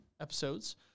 episodes